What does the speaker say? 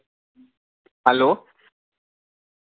hello